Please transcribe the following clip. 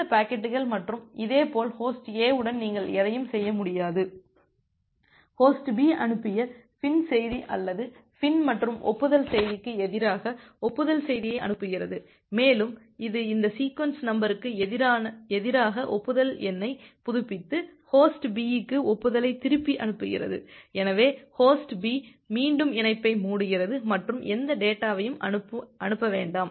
அந்த பாக்கெட்டுகள் மற்றும் இதேபோல் ஹோஸ்ட் A உடன் நீங்கள் எதையும் செய்ய முடியாது ஹோஸ்ட் B அனுப்பிய FIN செய்தி அல்லது FIN மற்றும் ஒப்புதல் செய்திக்கு எதிராக ஒப்புதல் செய்தியை அனுப்புகிறது மேலும் இது இந்த சீக்வென்ஸ் நம்பருக்கு எதிராக ஒப்புதல் எண்ணை புதுப்பித்து ஹோஸ்ட் B க்கு ஒப்புதலை திருப்பி அனுப்புகிறது எனவே ஹோஸ்ட் B மீண்டும் இணைப்பை மூடுகிறது மற்றும் எந்த டேட்டாவையும் அனுப்ப வேண்டாம்